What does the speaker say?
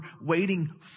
waiting